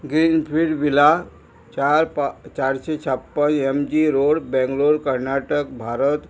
greenfield Villa चार पा चारशे छाप्पन M G road Bangalore Karnataka Bharat